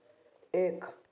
एक